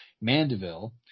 Mandeville